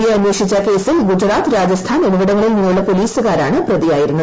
I അന്വേഷിച്ച കേസിൽ ഗുജറാത്ത് രാജസ്ഥാൻ എന്നിവിടങ്ങളിൽ നിന്നുള്ള പോലീസുകാരാണ് പ്രതിയായിരുന്നത്